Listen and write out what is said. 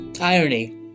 Irony